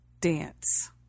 dance